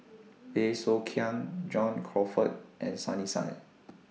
Bey Soo Khiang John Crawfurd and Sunny Sia